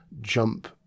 jump